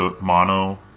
mono